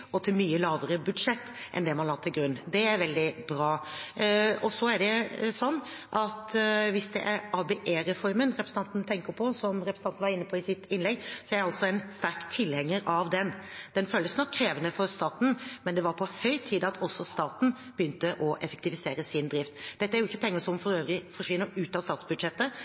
og til mye lavere budsjett enn det man la til grunn. Det er veldig bra. Hvis det er ABE-reformen representanten tenker på og var inne på i sitt innlegg, er jeg en sterk tilhenger av den. Den føles nok krevende for staten, men det var på høy tid at også staten begynte å effektivisere sin drift. Dette er for øvrig ikke penger som forsvinner ut av statsbudsjettet